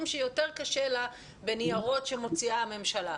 שיותר קשה לציבור להגיע אליהם דרך ניירות שמוציאה הממשלה.